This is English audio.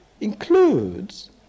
includes